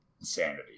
Insanity